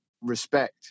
respect